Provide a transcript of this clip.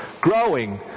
growing